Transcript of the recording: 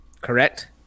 Correct